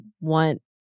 want